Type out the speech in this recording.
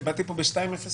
באתי לפה ב-14:00.